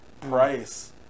price